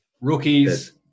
Rookies